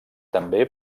també